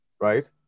right